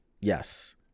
Yes